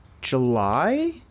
July